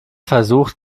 versucht